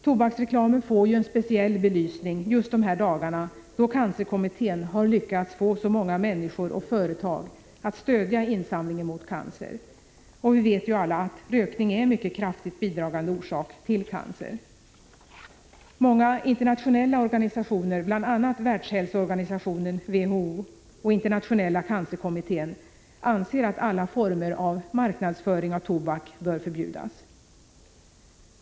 Tobaksreklamen får ju en speciell belysning just de här dagarna, då cancerkommittén har lyckats få så många människor och företag att stödja insamlingen mot cancer. Vi vet ju alla att rökning är en mycket kraftigt bidragande orsak till cancer. Många internationella organisationer — bl.a. Världshälsoorganisationen och Internationella cancerkommittén — anser att alla former av marknadsföring av tobak bör förbjudas.